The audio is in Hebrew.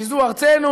כי זאת ארצנו,